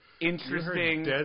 Interesting